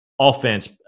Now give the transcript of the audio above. offense